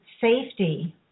safety